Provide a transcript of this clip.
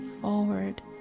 forward